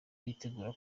yitegura